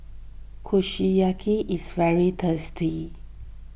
Kushiyaki is very tasty